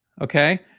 okay